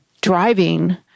driving